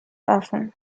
often